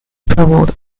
traveled